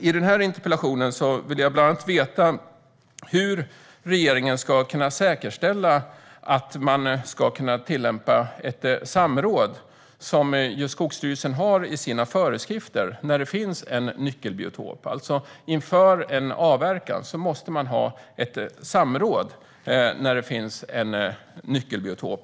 I den här interpellationsdebatten vill jag bland annat veta hur regeringen ska kunna säkerställa att man ska kunna tillämpa ett samråd, som ju Skogsstyrelsen har i sina föreskrifter för när det finns en nyckelbiotop. Inför en avverkning måste man alltså ha ett samråd när det finns en nyckelbiotop.